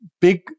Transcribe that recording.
big